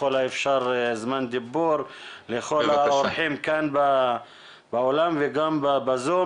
ככל האפשר זמן דיבור לכל האורחים כאן באולם וגם בזום,